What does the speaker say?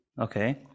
okay